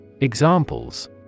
Examples